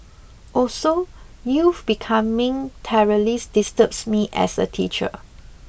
also youth becoming terrorists disturbs me as a teacher